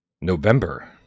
November